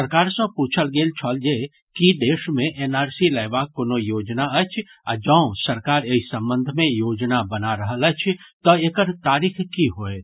सरकार सॅ पूछल गेल छल जे की देश मे एनआरसी लयबाक कोनो योजना अछि आ जौं सरकार एहि संबंध मे योजना बना रहल अछि तऽ एकर तारीख की होएत